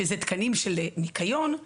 שזה תקנים של ניקיון,